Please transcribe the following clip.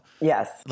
Yes